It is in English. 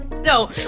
No